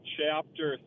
chapter